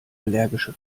allergische